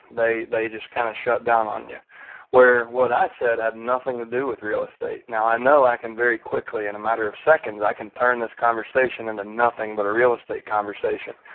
they they just kind of shut down on you where what i said had nothing to do with real estate. now i know i can very quickly in a matter of seconds, i can turn this off. and then nothing but a real estate conversation.